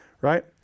right